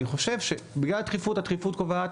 אני חושב שבגלל הדחיפות הדחיפות קובעת,